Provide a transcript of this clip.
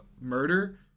Murder